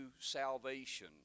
salvation